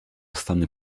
stany